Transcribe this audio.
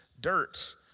dirt